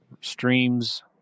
streams